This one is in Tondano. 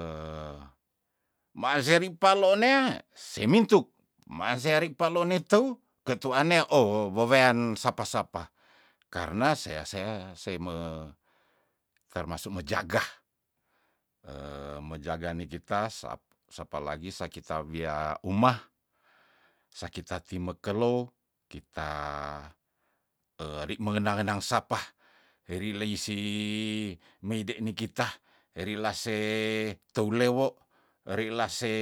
maan seri palo nea semintuk maan serik palo ne teuh ketu anea oh wewean sapa- sapa karna sea- sea seime termasuk mo jaga mojaga nikitas sap- sapa lagi sa kita wia umah saki tati mekelo kita eri mengenang ngenang sapa eri lei sih meide nikita eri lase teulewo eri lase